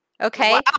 Okay